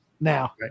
now